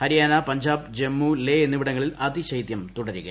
ഹരിയാന പഞ്ചാബ് ജമ്മു ലേ എന്നിവിടങ്ങളിൽ അത്രിശൈത്യം തുടരുകയാണ്